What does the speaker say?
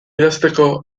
idazteko